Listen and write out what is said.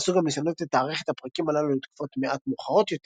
נעשו גם ניסיונות לתארך את הפרקים הללו לתקופות מעט מאוחרות יותר,